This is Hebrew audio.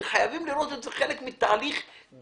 חייבים לראות את זה כחלק מתהליך גדול,